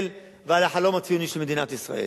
ועל החלום הציוני של מדינת ישראל.